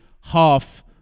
half